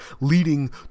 leading